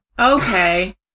Okay